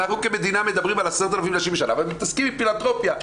אנחנו כמדינה מדברים על 10,000 נשים בשנה ומתעסקים עם פילנתרופיה.